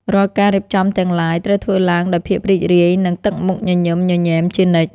រាល់ការរៀបចំទាំងឡាយត្រូវធ្វើឡើងដោយភាពរីករាយ និងទឹកមុខញញឹមញញែមជានិច្ច។